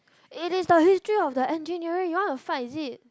it is the history of the engineering you want to fight is it